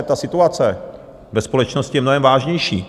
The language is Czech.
Ta situace ve společnosti je mnohem vážnější.